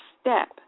step